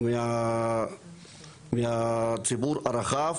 מהציבור הרחב.